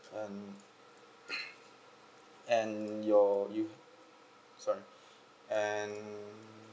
and and your sorry and